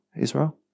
Israel